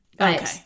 Okay